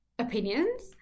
opinions